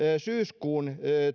syyskuun